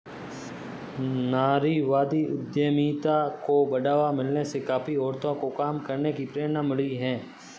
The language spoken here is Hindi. नारीवादी उद्यमिता को बढ़ावा मिलने से काफी औरतों को काम करने की प्रेरणा मिली है